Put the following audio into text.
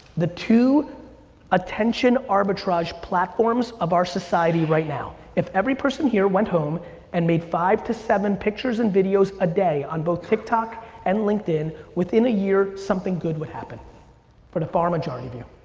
the two attention arbitrage platforms of our society right now. if every person here went home and made five to seven pictures and videos a day on both tiktok and linkedin, within a year, something good would happen for the far majority of you.